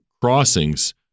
crossings